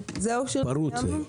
זהו, סיימנו?